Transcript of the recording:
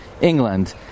England